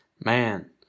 Man